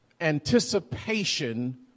anticipation